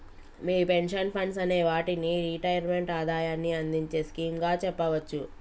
మీ pension funds అనే వాటిని retirement ఆదాయాన్ని అందించే స్కీమ్ గా చెప్పవచ్చు